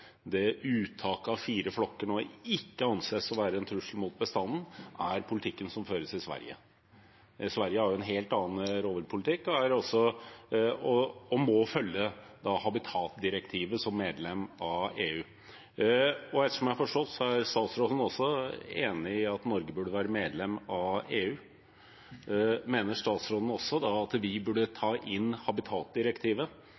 uttaket av fire flokker nå ikke anses å være en trussel mot bestanden, er politikken som føres i Sverige. Sverige har en helt annen rovviltpolitikk og må som medlem av EU følge habitatdirektivet. Ettersom jeg har forstått, er statsråden også enig i at Norge burde være medlem av EU. Mener statsråden også at vi burde